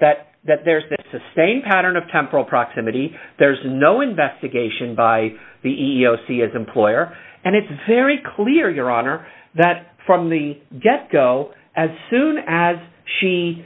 that that there's that same pattern of temporal proximity there's no investigation by the e e o c as employer and it's very clear your honor that from the get go as soon as she